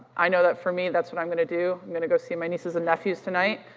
i know that, for me, that's what i'm going to do. i'm going to go see my nieces and nephews tonight.